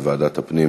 בוועדת הפנים